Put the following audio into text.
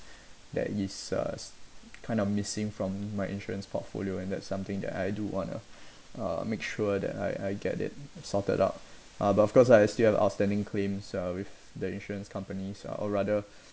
that is uh kind of missing from my insurance portfolio and that's something that I do want to uh make sure that I I get it sorted out uh but of course lah I still have outstanding claims uh with the insurance company so so I would rather